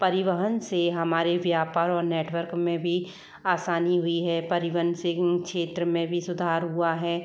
परिवहन से हमारे व्यापार और नेटवर्क में भी आसानी हुई है परिवहन से उन क्षेत्र में भी सुधार हुआ है